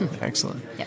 excellent